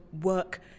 work